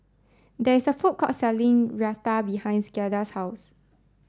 there is a food court selling Raita behind Giada's house